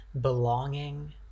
belonging